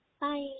Bye